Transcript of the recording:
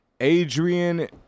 Adrian